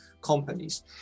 companies